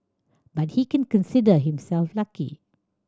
but he can consider himself lucky